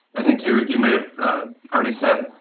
i think you you may have already said,